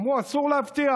אמרו: אסור להבטיח,